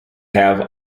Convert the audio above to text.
have